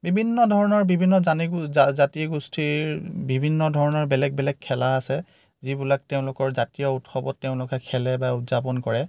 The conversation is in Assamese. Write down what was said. বিভিন্ন ধৰণৰ বিভিন্ন জানি গো জা জাতি গোষ্ঠীৰ বিভিন্ন ধৰণৰ বেলেগ বেলেগ খেলা আছে যিবিলাক তেওঁলোকৰ জাতীয় উৎসৱত তেওঁলোকে খেলে বা উদযাপন কৰে